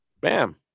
Bam